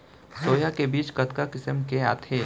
Soya के बीज कतका किसम के आथे?